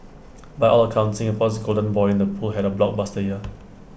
by all accounts Singapore's golden boy in the pool had A blockbuster year